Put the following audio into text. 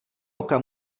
oka